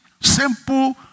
Simple